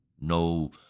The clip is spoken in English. no